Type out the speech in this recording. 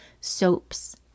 soaps